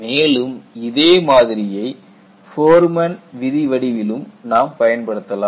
மேலும் இதே மாதிரியை ஃபோர்மேன் விதி வடிவிலும் நாம் பயன்படுத்தலாம்